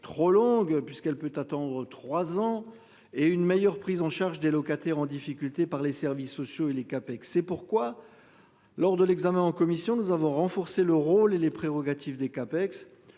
trop longue puisqu'elle peut attendre trois ans et une meilleure prise en charge des locataires en difficulté par les services sociaux et les excès, c'est pourquoi. Lors de l'examen en commission, nous avons renforcé le rôle et les prérogatives des CAPEX.